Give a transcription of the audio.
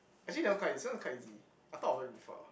actually that one quite eas~ this one quite easy I thought of it before